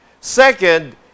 Second